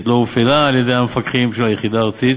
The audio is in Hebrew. לא הופעלה על-ידי המפקחים של היחידה הארצית